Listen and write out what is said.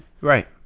Right